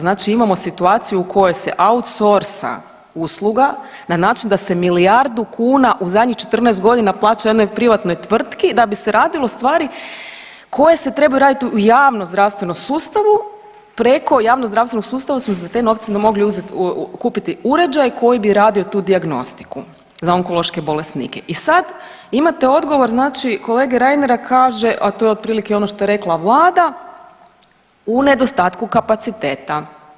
Znači imamo situaciju u kojoj se outsourca usluga na način da se milijardu kuna, u zadnjih 14 godina plaća jednoj privatnoj tvrtki da bi se radilo stvari koje se trebaju raditi u javnozdravstvenom sustavu, preko javnozdravstvenog sustava smo za te novce onda mogli uzeti, kupiti uređaj koji bi radio tu dijagnostiku za onkološke bolesnike i sad imate odgovor, znači, kolege Reinera, kaže, a to je otprilike ono što je rekla Vlada, u nedostatku kapaciteta.